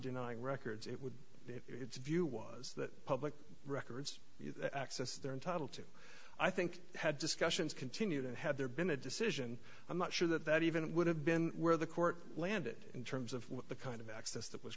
denying records it would be if its view was that public records access they're entitled to i think had discussions continue that had there been a decision i'm not sure that that even would have been where the court landed in terms of the kind of access t